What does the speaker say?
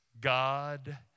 God